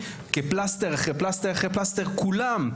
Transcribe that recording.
כפלסטר אחרי פלסטר אחרי פלסטר כולם,